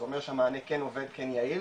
זה אומר שהמענה כן עובד כן יעיל.